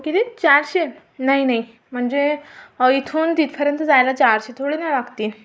किती चारशे नाही नाही म्हणजे इथून तिथपर्यंत जायला चारशे थोडी नं लागतील